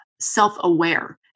self-aware